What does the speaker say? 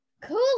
Cool